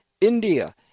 India